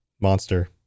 monster